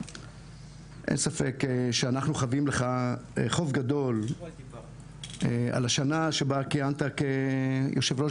אין ספק שאנחנו חבים לך חוב גדול על השנה שבה כיהנת כיושב ראש